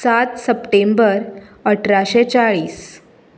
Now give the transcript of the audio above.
सात सप्टेंबर अठराशें चाळीस